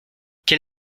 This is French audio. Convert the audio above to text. quel